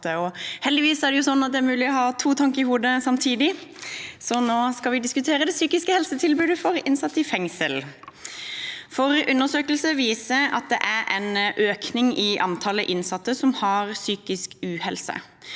Heldigvis er det mulig å ha to tanker i hodet samtidig, og nå skal vi diskutere det psykiske helsetilbudet til de innsatte i fengsel. Undersøkelser viser at det er en økning i antall innsatte som har psykisk uhelse.